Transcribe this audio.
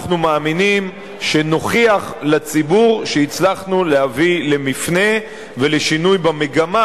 אנחנו מאמינים שנוכיח לציבור שהצלחנו להביא למפנה ולשינוי במגמה